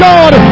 God